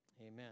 amen